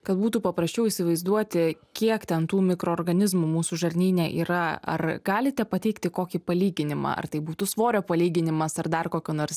kad būtų paprasčiau įsivaizduoti kiek ten tų mikroorganizmų mūsų žarnyne yra ar galite pateikti kokį palyginimą ar tai būtų svorio palyginimas ar dar kokio nors